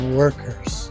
workers